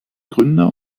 gründer